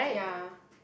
ya